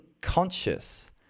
conscious